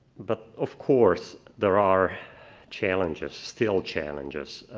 but, of course, there are challenges, still challenges.